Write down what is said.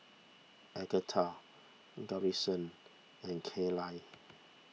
Agatha Garrison and Kaylie